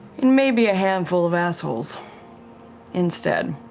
it may be a handful of assholes instead.